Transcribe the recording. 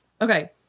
Okay